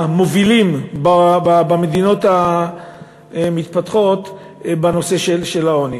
המובילים במדינות המתפתחות בנושא של העוני.